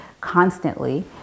constantly